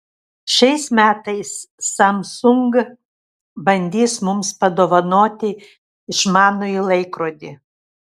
šiais metais samsung bandys mums padovanoti išmanųjį laikrodį